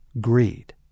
Greed